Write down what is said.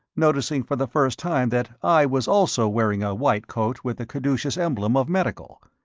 noticing for the first time that i was also wearing a white coat with the caduceus emblem of medical.